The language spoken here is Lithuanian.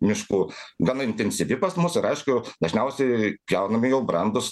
miškų gana intensyvi pas mus ir aišku dažniausiai gaunami jau brandūs